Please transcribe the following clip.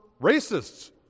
racists